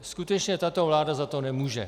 Skutečně tato vláda za to nemůže.